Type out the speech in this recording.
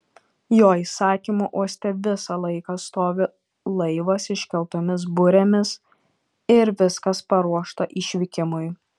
jo įsakymu uoste visą laiką stovi laivas iškeltomis burėmis ir viskas paruošta išvykimui